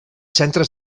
centres